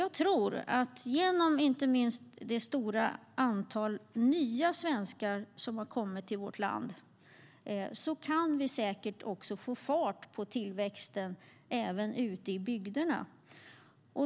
Jag tror att vi genom det stora antalet nya svenskar som har kommit till vårt land säkert kan få fart på tillväxten även ute i bygderna.